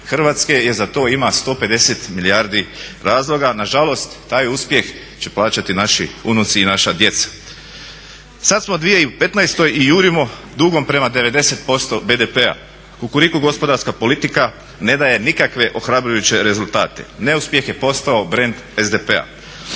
Hrvatske jer za to ima 150 milijardi razloga. Nažalost, taj uspjeh će plaćati naši unuci i naša djeca. Sad smo u 2015. i jurimo dugom prema 90% BDP-a. Kukuriku gospodarska politika ne daje nikakve ohrabrujuće rezultate. Neuspjeh je postao brend SDP-a.